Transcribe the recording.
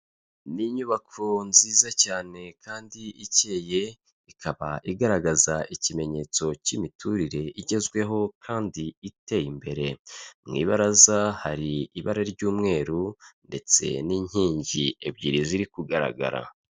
Ni inyubako nziza cyane kandi ikeye, ikaba igaragaza ikimenyetso cy'imiturire igezweho, kandi iteye imbere; mu ibaraza hari ibara ry'umweru ndetse n'inkingi ebyiri ziri kugaragara.